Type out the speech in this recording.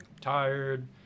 tired